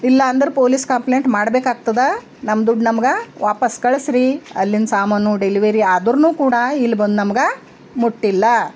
ಇಲ್ಲಾಂದ್ರೆ police complaint ಮಾಡಬೇಕಾಗ್ತದ ನಮ್ಮ ದುಡ್ಡು ನಮ್ಗೆ ವಾಪಸ್ ಕಳಿಸ್ರಿ ಅಲ್ಲಿಂದ ಸಾಮಾನು ಡೆಲ್ವರಿ ಆದ್ರೂ ಕೂಡ ಇಲ್ಲಿ ಬಂದು ನಮ್ಗೆ ಮುಟ್ಟಿಲ್ಲ